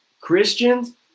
Christians